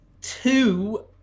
Two